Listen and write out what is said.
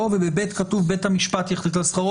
וב-ב כתוב שבית המשפט יחליט על שכר,